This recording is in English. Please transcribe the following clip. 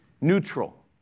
neutral